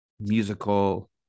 musical